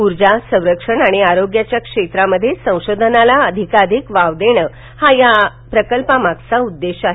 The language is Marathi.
ऊर्जा संरक्षण आणि आरोग्याच्या क्षेत्रामध्ये संशोधनाला अधिकाधिक वाव देणं हा या प्रकल्पामागचा उद्देश आहे